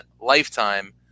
lifetime